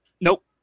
Nope